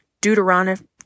Deuteronomy